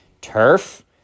turf